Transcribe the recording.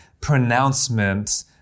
pronouncement